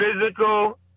physical